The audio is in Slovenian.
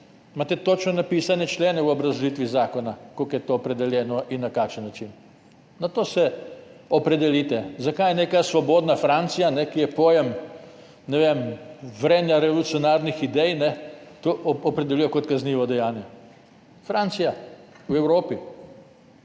imate točno napisane člene, kako je to opredeljeno in na kakšen način. Glede tega se opredelite. Zakaj neka svobodna Francija, ki je pojem vrenja revolucionarnih idej, to opredeljuje kot kaznivo dejanje? Francija v Evropi.